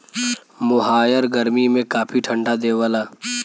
मोहायर गरमी में काफी ठंडा देवला